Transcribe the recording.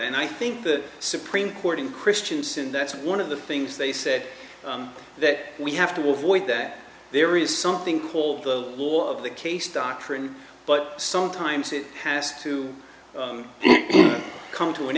and i think the supreme court in christianson that's one of the things they said that we have to work void that there is something called the war of the case doctrine but sometimes it has to come to an